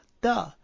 duh